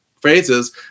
phrases